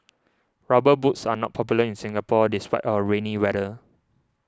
rubber boots are not popular in Singapore despite our rainy weather